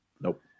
nope